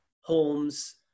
Holmes